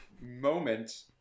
moment